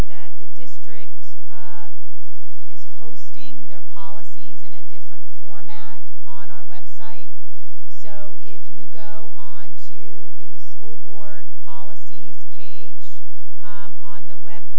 that the district is hosting their policies in front format on our website so if you go onto the school board policies page on the web